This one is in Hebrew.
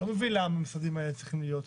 אני לא מבין למה המשרדים האלה צריכים להיות כאן.